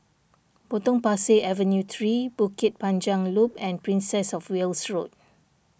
Potong Pasir Avenue three Bukit Panjang Loop and Princess of Wales Road